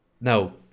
Now